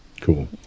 cool